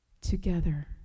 together